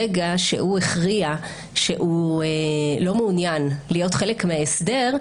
ברגע שהוא הכריע שהוא לא מעוניין להיות חלק מההסדר,